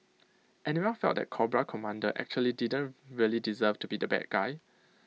anyone felt that Cobra Commander actually didn't really deserve to be the bad guy